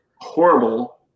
horrible